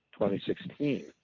2016